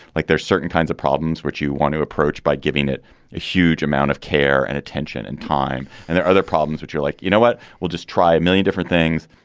like there's certain kinds of problems which you want to approach by giving it a huge amount of care and attention and time. and there are other problems which are like, you know what, we'll just try a million different things.